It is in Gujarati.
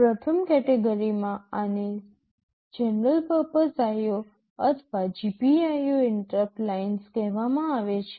પ્રથમ કેટેગરીમાં આને જનરલ પર્પસ IO અથવા GPIO ઇન્ટરપ્ટ લાઇન્સ કહેવામાં આવે છે